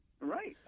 Right